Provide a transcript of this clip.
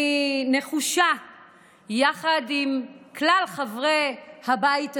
אני נחושה יחד עם כלל חברי הבית הזה,